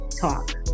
talk